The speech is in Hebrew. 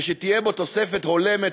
ושתהיה בו תוספת הולמת,